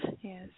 Yes